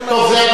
זה מתאים